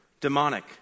demonic